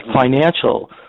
financial